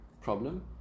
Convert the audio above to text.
problem